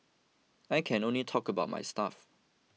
I can only talk about my stuff